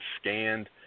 scanned